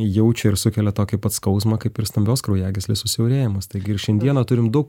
jaučia ir sukelia tokį pat skausmą kaip ir stambios kraujagyslės susiaurėjimas taigi šiandieną turime daug